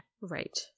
Right